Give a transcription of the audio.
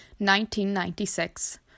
1996